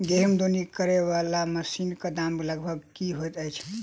गेंहूँ दौनी करै वला मशीन कऽ दाम लगभग की होइत अछि?